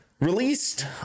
Released